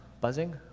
buzzing